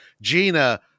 Gina